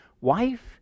wife